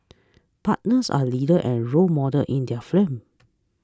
partners are leaders and role models in their firms